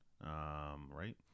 right